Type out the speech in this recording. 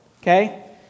okay